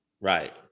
Right